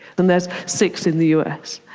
and there's six in the us.